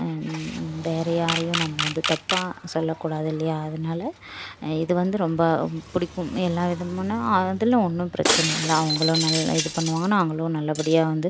வேறு யாரையும் நம்ம வந்து தப்பாக சொல்லக்கூடாதில்லையா அதனால இது வந்து ரொம்ப பிடிக்கும் எல்லா விதமான அதில் ஒன்றும் பிரச்சனை இல்லை அவங்களும் நல் இதுப் பண்ணுவாங்க நாங்களும் நல்லபடியாக வந்து